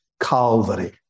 Calvary